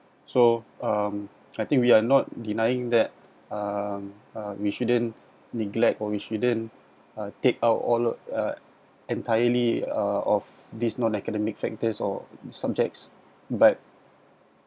so um I think we are not denying that um um we shouldn't neglect or we shouldn't uh take out all of uh entirely uh of this non academic factors or subjects but